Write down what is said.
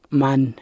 man